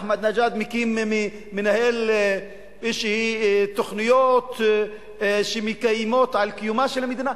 אחמדינג'אד מנהל איזה תוכניות שמאיימות על קיומה של המדינה,